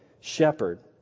shepherd